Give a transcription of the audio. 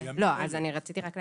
אז רציתי רק להגיד,